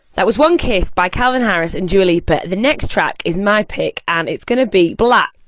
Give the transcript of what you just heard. that was one kiss by calvin harris and dua lipa. the next track is my pick and it's going to be black,